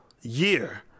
year